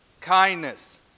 Kindness